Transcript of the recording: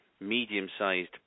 medium-sized